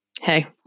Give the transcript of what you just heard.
Hey